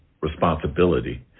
responsibility